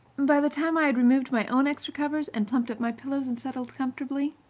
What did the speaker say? by the time i had removed my own extra covers and plumped up my pillow and settled comfortably,